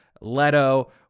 Leto